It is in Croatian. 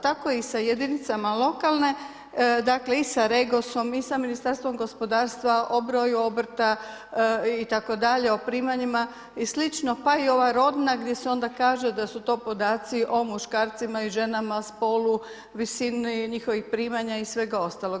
Tako i sa jedinicama lokalne i sa REGOS-om i Sa Ministarstvom gospodarstva o broju obrta itd., o primanjima i slično pa i ova rodna gdje se onda kaže da su to podaci o muškarcima i ženama, spolu, visini njihovih primanja i svega ostalog.